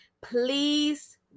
Please